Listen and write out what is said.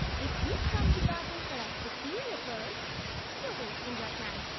if you've come to bargain for our superior pearls you're wasting your time.